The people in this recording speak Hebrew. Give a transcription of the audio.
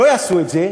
לא יעשו את זה,